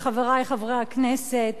וחברי חברי הכנסת,